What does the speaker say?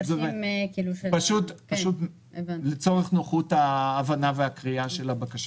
פשוט לצורך נוחות ההבנה והקריאה של הבקשה.